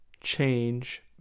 change